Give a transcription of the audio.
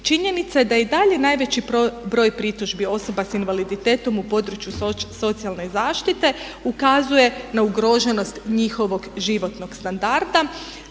Činjenica da je i dalje najveći broj pritužbi osoba s invaliditetom u području socijalne zaštite ukazuje na ugroženost njihovog životnog standarda.